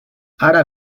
ara